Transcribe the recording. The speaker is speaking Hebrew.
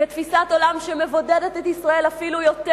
כתפיסת עולם שמבודדת את ישראל אפילו יותר